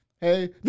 Hey